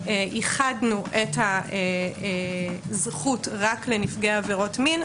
איחדנו את הזכות רק לנפגעי עבירות מין,